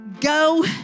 go